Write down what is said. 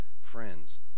friends